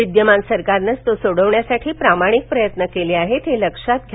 विद्यमान सरकारनंच तो सोडवण्यासाठी प्रामाणिक प्रयत्न केले आहेत हे लक्षात घ्या